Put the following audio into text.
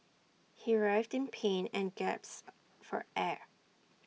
he writhed in pain and gasps for air